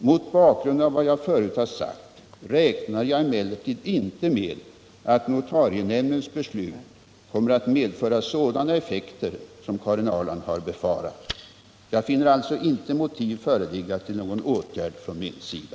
Mot bakgrund av vad jag förut har sagt räknar jag emellertid inte med att notarienämndens beslut kommer att medföra sådana effekter som Karin Ahrland har befarat. Jag finner alltså inte motiv föreligga till någon åtgärd från min sida.